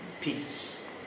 peace